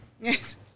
Yes